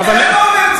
איך אתה אומר את זה?